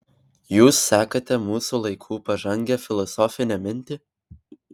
jūs sekate mūsų laikų pažangią filosofinę mintį